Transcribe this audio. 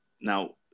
Now